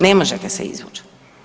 Ne možete se izvuć.